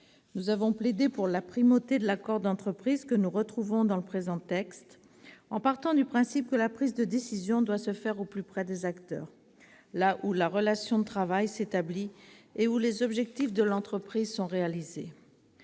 Nous avons plaidé pour la primauté de l'accord d'entreprise, que nous retrouvons dans le présent texte, en partant du principe que la prise de décision doit se faire au plus près des acteurs, là où la relation de travail s'établit et où les objectifs de l'entreprise sont réalisés.